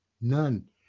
none